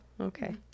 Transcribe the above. okay